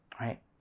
right